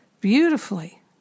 Beautifully